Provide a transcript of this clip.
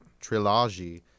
trilogy